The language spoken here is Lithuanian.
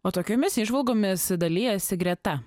o tokiomis įžvalgomis dalijasi greta